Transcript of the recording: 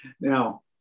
now